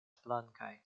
blankaj